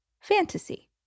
fantasy